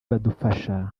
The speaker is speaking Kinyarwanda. badufasha